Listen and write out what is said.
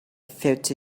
fifty